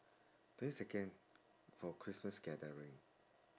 twenty second for christmas gathering